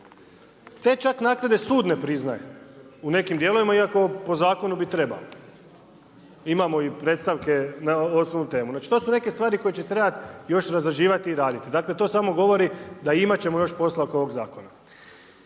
Te čak naknade sud ne priznaje u nekim dijelovima, iako po zakonu bi trebali. Imamo i predstavke na osnovu temu. Znači to su neke stvari koje će trebati još razrađivati i raditi. Dakle, to samo govori da imati ćemo još posla oko ovog zakona.